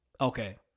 Okay